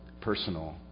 personal